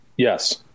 Yes